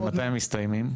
מתי הם מסתיימים?